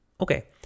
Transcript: Okay